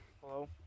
Hello